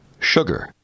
sugar